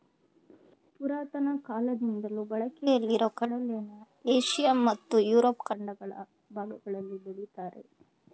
ಪುರಾತನ ಕಾಲದಿಂದಲೂ ಬಳಕೆಯಲ್ಲಿರೊ ಕಡಲೆನ ಏಷ್ಯ ಮತ್ತು ಯುರೋಪ್ ಖಂಡಗಳ ಭಾಗಗಳಲ್ಲಿ ಬೆಳಿತಾರೆ